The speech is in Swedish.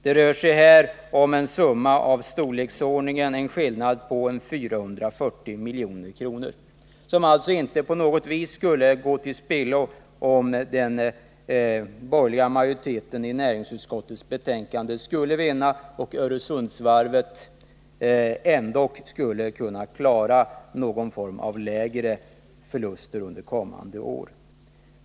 Det rör sig här om en skillnad på 440 milj.kr., som alltså inte på något sätt skulle gå till spillo om den borgerliga majoriteten i näringsutskottet skulle vinna och Öresundsvarvet skulle kunna klara någon form av lägre förluster under kommande år.